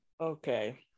Okay